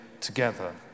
together